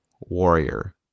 warrior